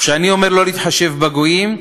וכשאני אומר שלא להתחשב בגויים,